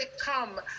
come